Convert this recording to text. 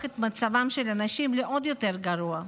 את מצבן של הנשים לעוד יותר גרוע.